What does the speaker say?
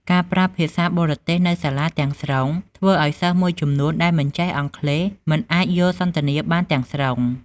ការប្រើភាសាបរទេសនៅសាលាទាំងស្រុងធ្វើឱ្យសិស្សមួយចំនួនដែលមិនចេះអង់គ្លេស មិនអាចយល់សន្ទនាបានទាំងស្រុង។